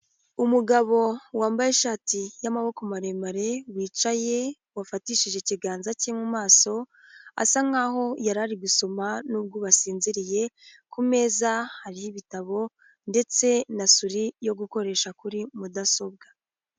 Umugabo wambaye ishati y'amaboko maremare, wicaye wafatishije ikiganza ke mu maso, asa nkaho yarari gusoma n'ubwo basinziriye, ku meza hari ibitabo ndetse na suri yo gukoresha kuri mudasobwa.